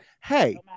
hey